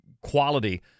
quality